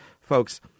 folks